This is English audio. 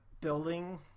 building